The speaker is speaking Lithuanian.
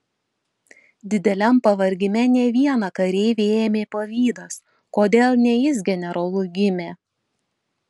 dideliam pavargime ne vieną kareivį ėmė pavydas kodėl ne jis generolu gimė